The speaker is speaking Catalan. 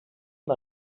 amb